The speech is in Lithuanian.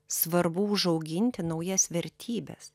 svarbu užauginti naujas vertybes